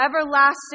Everlasting